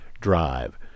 Drive